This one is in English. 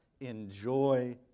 Enjoy